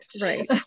right